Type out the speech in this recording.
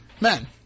men